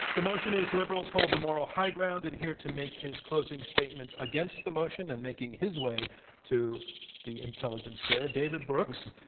the motion is liberals hold the moral high ground, and here to make his closing statement against the motion, and making his way to the intelligence square, david brooks,